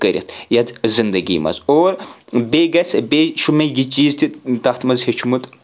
کٔرِتھ یتَھ زِنٛدَگی منٛز اور بیٚیہِ گژھِ بیٚیہِ چھُ مےٚ یہِ چیٖز تہِ تَتھ منٛز ہیٚوچھمُت